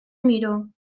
miró